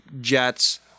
jets